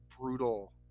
brutal